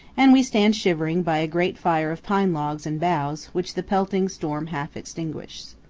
and we stand shivering by a great fire of pine logs and boughs, which the pelting storm half extinguishes.